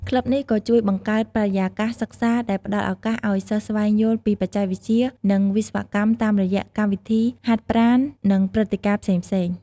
ក្លឹបនេះក៏ជួយបង្កើតបរិយាកាសសិក្សាដែលផ្តល់ឱកាសឲ្យសិស្សស្វែងយល់ពីបច្ចេកវិទ្យា និងវិស្វកម្មតាមរយៈកម្មវិធីហាត់ប្រាណ និងព្រឹត្តិការណ៍ផ្សេងៗ។